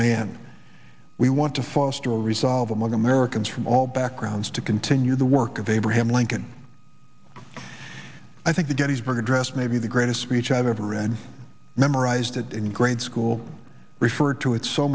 man we want to foster a resolve among americans from all backgrounds to continue the work of abraham lincoln i think the gettysburg address may be the greatest speech i have ever read memorized it in grade school refer to it so